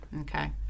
Okay